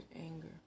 anger